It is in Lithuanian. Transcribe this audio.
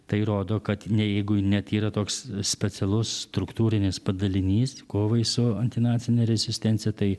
tai rodo kad ne jeigu net yra toks specialus struktūrinis padalinys kovai su antinacine rezistencija tai